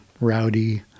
rowdy